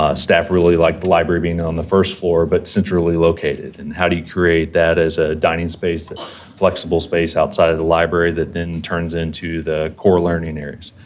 ah staff really liked the library being on the first floor but centrally located. and how do you create that as a dining space a flexible space outside of the library that then turns into the core learning areas?